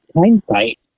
hindsight